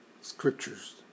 scriptures